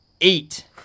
Eight